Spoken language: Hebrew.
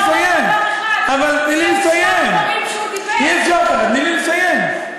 אבל, אדוני סגן השר, אבל, גברתי, תני לי לסיים.